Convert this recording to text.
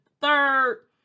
third